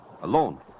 Alone